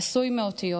עשוי מאותיות.